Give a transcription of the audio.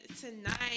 tonight